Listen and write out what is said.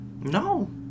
No